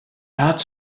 not